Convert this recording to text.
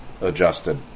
adjusted